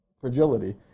fragility